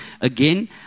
again